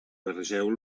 barregeu